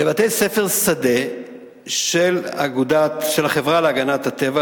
לבתי-ספר שדה של החברה להגנת הטבע,